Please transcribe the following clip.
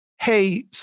hey